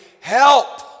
help